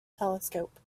telescope